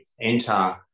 enter